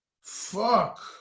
Fuck